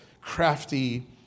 crafty